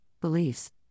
beliefs